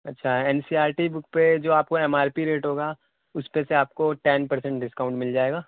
اچھا N C R T book پہ جو آپ کو ایم آر پی ریٹ ہوگا اس پہ سے آپ کو ٹین پر سنٹ ڈسکاؤنٹ مل جائے گا